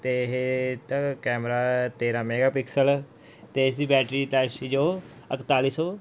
ਅਤੇ ਇਹ ਇਹਦਾ ਕੈਮਰਾ ਤੇਰ੍ਹਾਂ ਮੈਗਾਪਿਕਸਲ ਅਤੇ ਇਸਦੀ ਬੈਟਰੀ ਟਾਈਪ ਸੀ ਜੋ ਇੱਕਤਾਲੀ ਸੌ